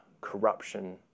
corruption